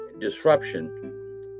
disruption